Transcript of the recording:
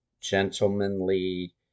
gentlemanly